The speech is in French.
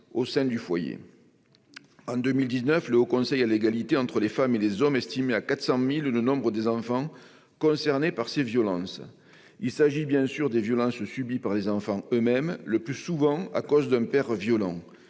au sein du foyer. En 2019, le Haut Conseil à l'égalité entre les femmes et les hommes estimait à 400 000 le nombre des enfants concernés par ces violences. Il s'agit bien sûr des violences subies par les enfants eux-mêmes, le plus souvent à cause d'un père violent.